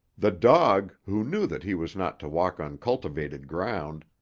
the dog, who knew that he was not to walk on cultivated ground,